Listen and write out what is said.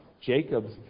Jacob's